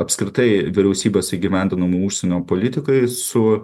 apskritai vyriausybės įgyvendinamai užsienio politikai su